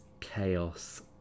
chaos